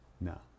No